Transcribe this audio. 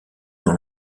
dans